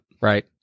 right